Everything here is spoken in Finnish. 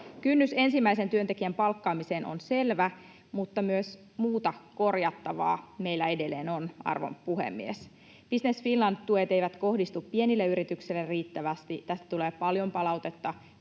Kynnys ensimmäisen työntekijän palkkaamiseen on selvä, mutta myös muuta korjattavaa meillä edelleen on, arvon puhemies. Business Finland ‑tuet eivät kohdistu pienille yrityksille riittävästi. Tästä tulee paljon palautetta